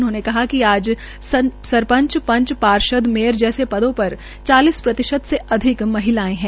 उन्होंने कहा कि आज पंच सरपंच पार्षद मेयर जैसे पदों पर चालीस प्रतिशत से अधिक महिलायें है